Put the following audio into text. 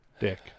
Dick